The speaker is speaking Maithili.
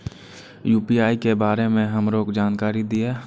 यू.पी.आई के बारे में हमरो जानकारी दीय?